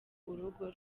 urugo